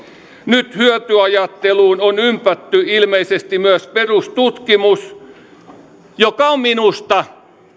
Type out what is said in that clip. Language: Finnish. nyt hyötyajatteluun on ympätty ilmeisesti myös perustutkimus joka on minusta